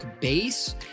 base